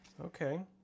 okay